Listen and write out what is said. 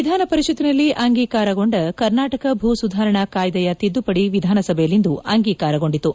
ವಿಧಾನಪರಿಷತ್ನಲ್ವಿ ಅಂಗೀಕಾರಗೊಂದ ಕರ್ನಾಟಕ ಭೂ ಸುಧಾರಣಾ ಕಾಯ್ದೆಯ ತಿದ್ದುಪಡಿ ವಿಧಾನಸಭೆಯಲ್ಲಿಂದು ಅಂಗೀಕಾರಗೊಂಡಿತು